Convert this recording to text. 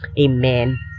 Amen